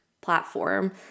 platform